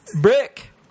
Brick